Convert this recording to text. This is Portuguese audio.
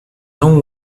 não